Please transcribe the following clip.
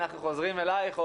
אנחנו חוזרים אליך,